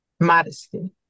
Modesty